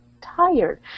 tired